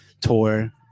tour